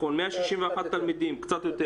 161,000 תלמידים, קצת יותר